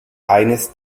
eines